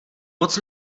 moc